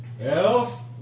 Elf